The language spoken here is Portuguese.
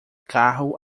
carro